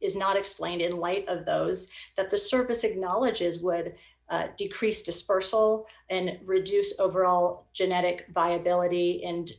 is not explained in light of those that the service acknowledges would decrease dispersal and reduce overall genetic by ability and